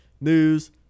news